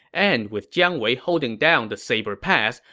and with jiang wei holding down the saber pass,